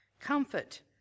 Comfort